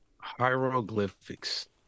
Hieroglyphics